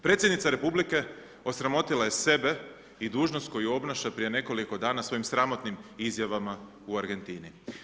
Predsjednica Republike osramotila je sebe i dužnost koju obnaša prije nekoliko dana svojim sramotnim izjavama u Argentini.